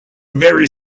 very